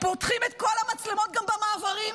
פותחים את כל המצלמות גם במעברים,